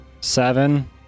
seven